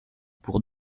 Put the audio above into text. pour